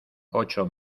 ocho